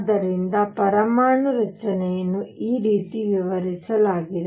ಆದ್ದರಿಂದ ಪರಮಾಣು ರಚನೆಯನ್ನು ಈ ರೀತಿ ವಿವರಿಸಲಾಗಿದೆ